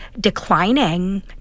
declining